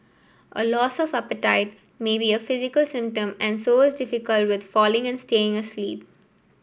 a loss of appetite may be a physical symptom and so is difficult with falling and staying asleep